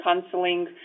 counseling